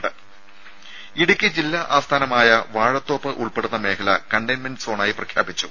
രുമ ഇടുക്കി ജില്ലാ ആസ്ഥാനമായ വാഴത്തോപ്പ് ഉൾപ്പെടുന്ന മേഖല കണ്ടെയ്ൻമെന്റ് സോണായി പ്രഖ്യാപിച്ചു